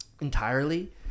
entirely